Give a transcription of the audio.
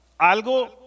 Algo